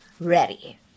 Ready